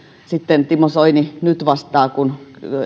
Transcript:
timo soini nyt vastaa kun